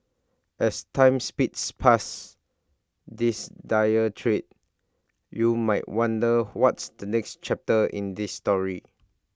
as time speeds past this dying trade you might wonder what's the next chapter in this story